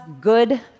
good